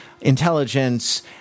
intelligence